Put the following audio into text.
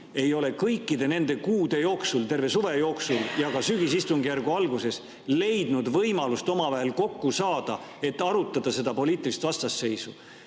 ei ole kõikide nende kuude jooksul – terve suve jooksul ja ka sügisistungjärgu alguses – leidnud võimalust omavahel kokku saada, et arutada seda poliitilist vastasseisu.